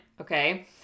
okay